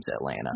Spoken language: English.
Atlanta